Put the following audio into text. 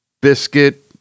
biscuit